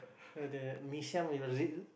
so the Mee-Siam